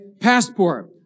passport